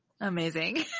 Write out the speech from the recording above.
Amazing